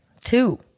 Two